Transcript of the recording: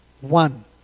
one